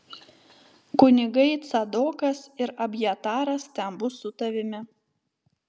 kunigai cadokas ir abjataras ten bus su tavimi